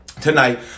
tonight